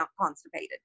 constipated